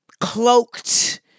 cloaked